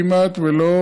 כמעט ולא